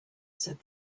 said